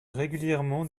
régulièrement